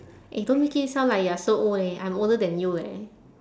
eh don't make it sound like you are so old leh I'm older than you leh